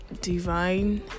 divine